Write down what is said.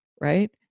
Right